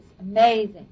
amazing